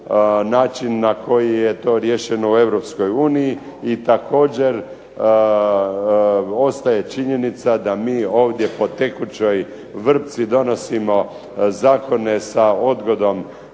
način na koji je to riješeno u EU i također ostaje činjenica da mi ovdje po tekućoj vrpci donosimo zakone sa odgodom